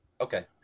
Okay